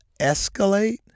escalate